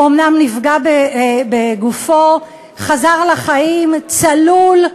הוא אומנם נפגע בגופו, חזר לחיים, צלול.